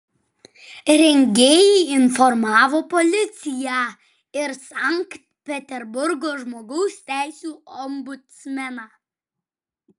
rengėjai informavo policiją ir sankt peterburgo žmogaus teisių ombudsmeną